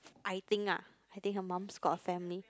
I think ah I think her mom's got a family